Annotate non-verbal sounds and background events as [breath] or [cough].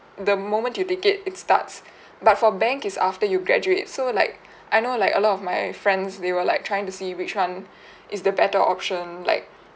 the moment you take it it starts [breath] but for bank it's after you graduate so like [breath] I know like a lot of my friends they were like trying to see which one [breath] is the better option like